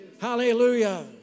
Hallelujah